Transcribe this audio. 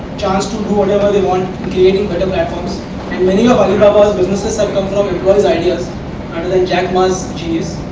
chance to do whatever they want in creating better but platforms and many of alibaba's businesses have come from employee's ideas rather than jack ma's genius